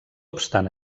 obstant